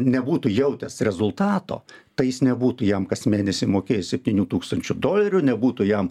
nebūtų jautęs rezultato tai jis nebūtų jam kas mėnesį mokės septynių tūkstančių dolerių nebūtų jam